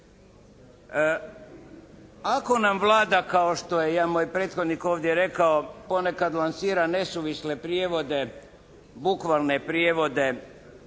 Ako nam Vlada kao što je jedan moj prethodnik ovdje rekao ponekad lansira nesuvisle prijevode, bukvalne prijevode